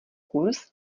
kurz